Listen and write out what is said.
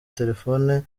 telefone